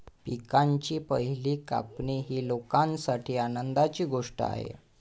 पिकांची पहिली कापणी ही लोकांसाठी आनंदाची गोष्ट आहे